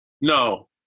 No